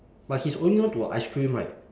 but he is holding on to a ice cream right